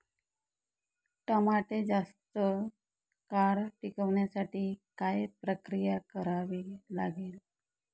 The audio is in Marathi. टमाटे जास्त काळ टिकवण्यासाठी काय प्रक्रिया करावी लागेल?